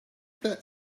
that